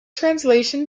translation